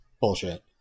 bullshit